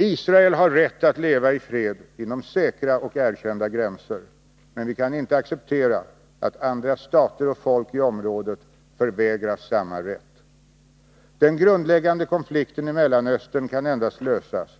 Israel har rätt att leva i fred inom säkra och erkända gränser. Men vi kan inte acceptera att andra stater och folk i området förvägras samma rätt. Den grundläggande konflikten i Mellanöstern kan endast lösas